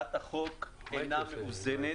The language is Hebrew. הצעת החוק אינה מאוזנת,